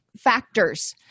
factors